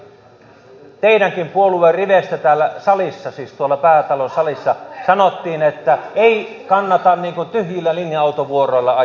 edustaja arhinmäki teidänkin puolueen riveistä täällä salissa siis tuolla päätalon salissa sanottiin että ei kannata tyhjillä linja autovuoroilla ajaa